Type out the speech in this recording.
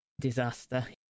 disaster